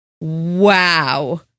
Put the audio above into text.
Wow